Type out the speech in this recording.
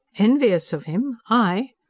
envious of him? i?